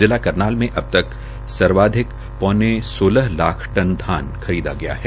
जिला करनाल में अब तक सर्वाधिक पौने सोलह लाख टन धान खरीदा गया है